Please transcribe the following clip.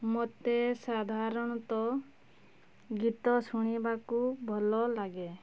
ମୋତେ ସାଧାରଣତଃ ଗୀତ ଶୁଣିବାକୁ ଭଲ ଲାଗେ